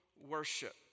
worship